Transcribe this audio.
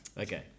Okay